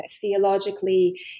Theologically